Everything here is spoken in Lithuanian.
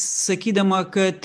sakydama kad